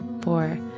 four